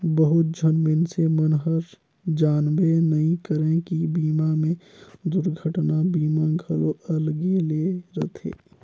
बहुत झन मइनसे मन हर जानबे नइ करे की बीमा मे दुरघटना बीमा घलो अलगे ले रथे